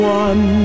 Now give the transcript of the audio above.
one